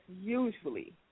usually